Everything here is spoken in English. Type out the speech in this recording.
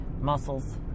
muscles